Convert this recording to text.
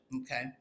okay